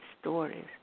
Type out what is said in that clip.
stories